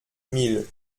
mille